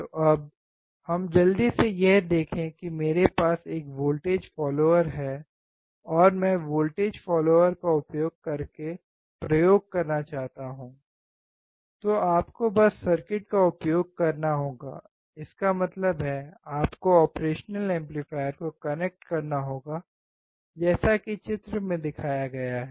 तो अब हम जल्दी से यह देखें कि मेरे पास एक वोल्टेज फॉलोअर है और मैं वोल्टेज फॉलोअर का उपयोग करके प्रयोग करना चाहता हूं तो आपको बस सर्किट का उपयोग करना होगा इसका मतलब है आपको ऑपरेशन एम्पलीफायर को कनेक्ट करना होगा जैसा कि चित्र में दिखाया गया है